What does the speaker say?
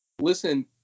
listen